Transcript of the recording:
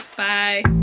bye